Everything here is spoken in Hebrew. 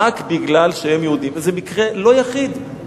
זה מקרה לא יחיד.